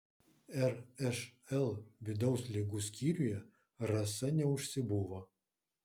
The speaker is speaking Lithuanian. ršl vidaus ligų skyriuje rasa neužsibuvo